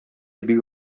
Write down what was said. бик